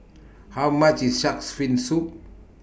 How much IS Shark's Fin Soup